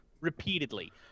repeatedly